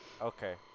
Okay